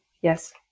yes